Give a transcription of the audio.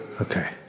Okay